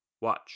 Watch